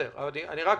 אם אני מניח